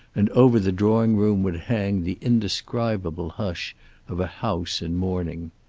and over the drawing-room would hang the indescribable hush of a house in mourning.